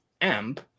AMP